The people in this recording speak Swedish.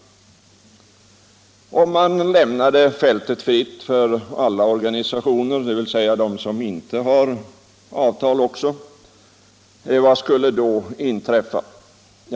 Om man lämnade fältet fritt för alla organisationer, dvs. också sådana som inte har avtal, vad skulle då inträffa?